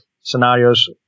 scenarios